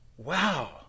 Wow